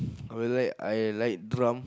correct I like drum